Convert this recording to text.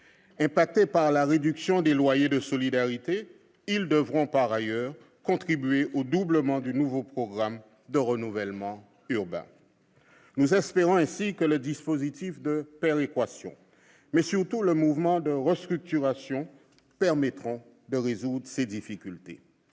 Frappés par la réduction de loyer de solidarité, ils devront par ailleurs contribuer au doublement du nouveau programme national de renouvellement urbain. Nous espérons que le dispositif de péréquation et le mouvement de restructuration permettront de résoudre ces difficultés.